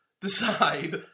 decide